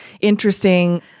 interesting